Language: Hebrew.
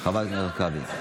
אז חברת הכנסת הרכבי.